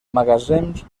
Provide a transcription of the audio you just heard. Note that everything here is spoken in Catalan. magatzems